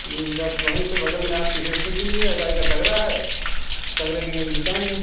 जी बस वही से बगल में आपकी खुली है एस आई का सगरा है सगरे पे मेरी दुकान है